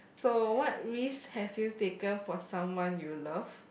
so what risk have you taken for someone you love